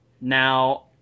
Now